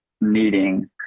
needing